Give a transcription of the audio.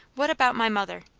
what about my mother?